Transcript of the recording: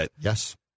Yes